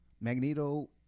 Magneto